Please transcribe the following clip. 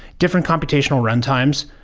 different computational runtimes,